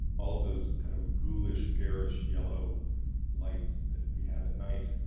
all of those kind of ghoulish, garish yellow lights, that we have at night,